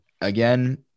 again